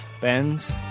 Benz